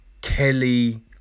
Kelly